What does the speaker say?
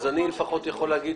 אז אני לפחות יכול להגיד